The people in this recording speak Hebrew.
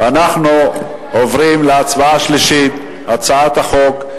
אנחנו עוברים להצבעה בקריאה שלישית על הצעת החוק,